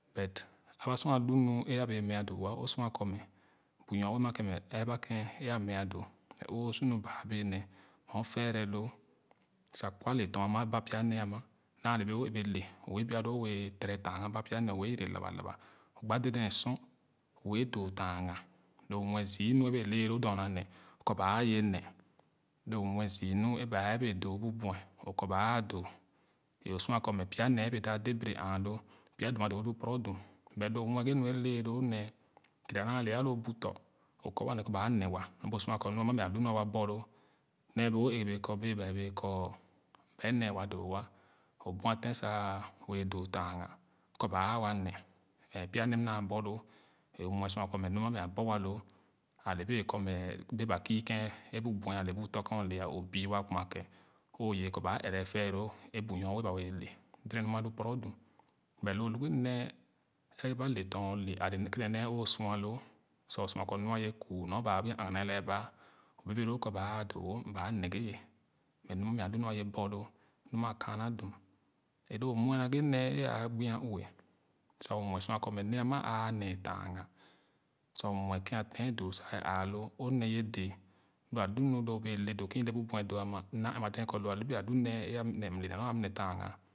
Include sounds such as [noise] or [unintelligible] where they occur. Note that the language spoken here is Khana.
But aba sor alu nu e abɛɛ meah doo woa o sua kɔ mɛ bu nyoue ama mɛ ɛrɛ ken a meah doo mɛ o su mu bàà bɛɛ nee o fɛrɛloo sa kwa le tɔn ama ba pya nee ana naa le béé o ɛgere le o wɛɛ bia loo tere tanga ba pya nee o wɛɛ yere labalaba o gba deden sor o wɛɛ le lo dorna nee o kɔ ba àà doo e o sua kɔ mɛ pya nee e bɛɛ dap dee berɛ ààloo pya dum a doo wo lu poro danm mɛ loo muɛ ghe nu e lẽẽ loo nee kere anaa le ale aloo bu tɔn o kɔ wa mɛ kɔ waa ne wa nyo bee sua kɔ lua na mɛ aiu nu a waa bor loo nee bee e bee kɔ bèè kɔ ba e nee wa doowo o buɛten sa wɛɛ doo tanga kɔ ba aa ura ne mɛ pya nee naa borloo a muɛ sa kɔ mm mɛ bee ba kü ken abu buɛ ale bu tɔ ken o le ah o büwa kuma ken o ye kɔ ba ɛrɛ ɛfeeloo e bu nyo ue ba wɛɛ le deden nu ana lu poro dum but loo lu nee egereba le tɔn ole ale kenenee o sua loo sa o sua kɔ nɔa ye kuu nyo ba gbo a agana ye lɛɛ ba o bɛɛ bɛɛ loo kɔ ba a dop wo mɛ ba a neghe ye mɛ nu mɛ alu nu a ye bor loo nu ma kaona dum e lu muɛ naghe nee a aa gbia ue su o muɛ sua kɔ nee ama aa nee tanga sa o muɛ ken a ten doo ye ààloo o nee ye dɛɛ lo alumu doo ken ele bu buɛ doo ama m da ɛnma dee kɔ e lu alu nee. [unintelligible]